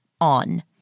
on